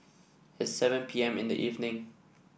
at seven P M in the evening